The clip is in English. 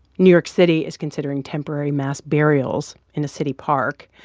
new york city is considering temporary mass burials in a city park.